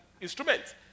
instruments